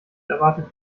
erwartet